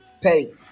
pay